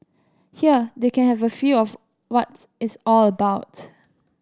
here they can have a feel of what it's all about